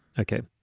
okay.